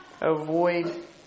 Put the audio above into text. avoid